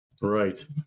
Right